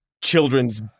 children's